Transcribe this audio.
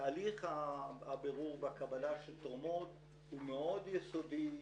תהליך בירור הקבלה של תורמות הוא מאוד יסודי,